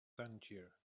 tangier